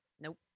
Nope